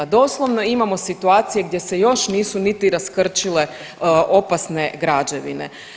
Doslovno imamo situacije gdje se još nisu niti raskrčile opasne građevine.